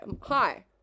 hi